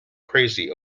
crazy